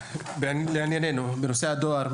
לעניינו בנושא הדואר,